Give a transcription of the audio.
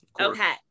Okay